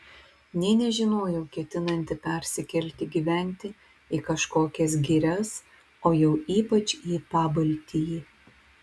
nė nežinojau ketinanti persikelti gyventi į kažkokias girias o jau ypač į pabaltijį